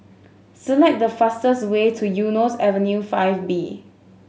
select the fastest way to Eunos Avenue Five B